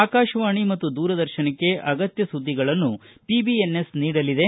ಆಕಾಶವಾಣಿ ಮತ್ತು ದೂರದರ್ಶನಕ್ಕೆ ಅಗತ್ಯ ಸುದ್ದಿಗಳನ್ನು ಪಿಬಿಎನ್ಎಸ್ ನೀಡಲಿದೆ